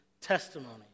testimony